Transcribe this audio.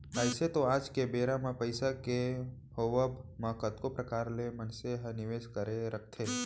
अइसे तो आज के बेरा म पइसा के होवब म कतको परकार ले मनसे ह निवेस करके रखथे